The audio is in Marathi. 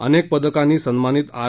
अनेक पदकांनी सन्मानित आर